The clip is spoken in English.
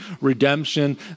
redemption